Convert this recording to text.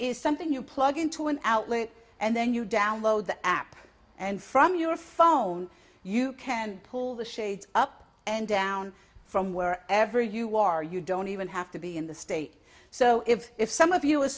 is something you plug into an outlet and then you download the app and from your phone you can pull the shades up and down from where ever you are you don't even have to be in the state so if if some of you